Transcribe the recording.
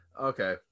Okay